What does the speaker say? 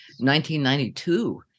1992